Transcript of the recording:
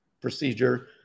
procedure